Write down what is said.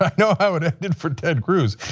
like know how it ended for ted cruz.